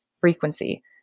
frequency